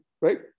right